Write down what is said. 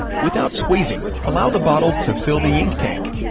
without squeezing, allow the bottle to fill the ink tank.